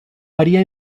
varía